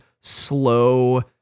slow